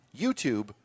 YouTube